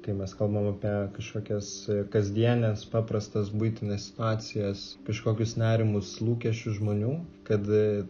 kai mes kalbam apie kažkokias kasdienes paprastas buitines situacijas kažkokius nerimus lūkesčius žmonių kad